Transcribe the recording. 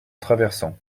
traversant